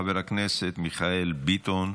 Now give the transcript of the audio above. חבר הכנסת מיכאל ביטון,